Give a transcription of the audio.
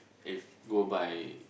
if go by